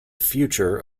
future